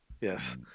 Yes